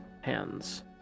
hands